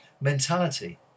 mentality